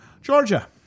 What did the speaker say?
Georgia